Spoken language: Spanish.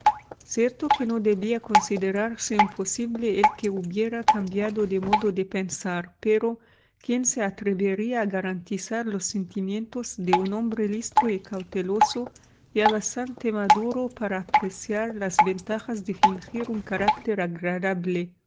cierto que no debía considerarse imposible el que hubiera cambiado de modo de pensar pero quién se atrevería a garantizar los sentimientos de un hombre listo y cauteloso ya bastante maduro para apreciar las ventajas de fingir un carácter agradable